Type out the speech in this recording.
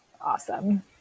awesome